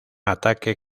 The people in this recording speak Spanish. ataque